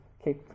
Okay